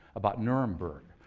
about nuremburg.